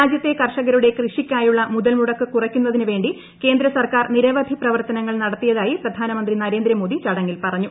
രാജ്യത്തെ കർഷകരുടെ കൃഷിക്കാ യുള്ള മുതൽ മുടക്ക് കുറയ്ക്കുന്നതിന് വേ കേന്ദ്ര സർക്കാർ നിരവധി പ്രവർത്തനങ്ങൾ നടത്തിയതായി പ്രധാനമന്ത്രി നരേന്ദ്രമോദി ചടങ്ങിൽ പറഞ്ഞു